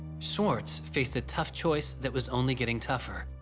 swartz faced a tough choice that was only getting tougher.